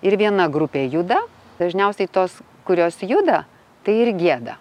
ir viena grupė juda dažniausiai tos kurios juda tai ir gieda